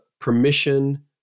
permission